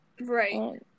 right